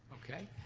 okay,